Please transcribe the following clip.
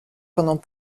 pendant